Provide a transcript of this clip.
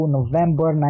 November